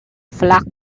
flock